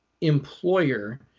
employer